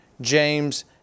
James